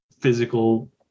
physical